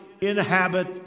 inhabit